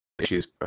issues